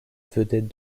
vedettes